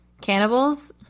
cannibals